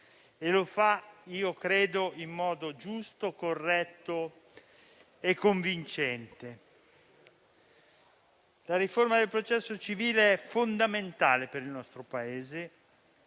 e lo fa, io credo, in modo giusto, corretto e convincente. La riforma del processo civile è fondamentale per il nostro Paese